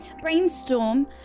brainstorm